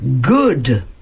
good